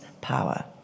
power